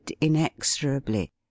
inexorably